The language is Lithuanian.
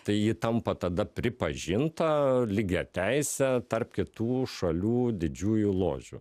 tai ji tampa tada pripažinta lygiateise tarp kitų šalių didžiųjų ložių